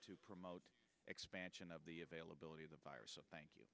to promote expansion of the availability of the virus thank you